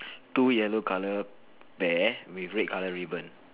two yellow colour bear with red colour ribbon